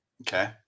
Okay